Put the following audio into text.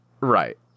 Right